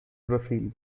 brazil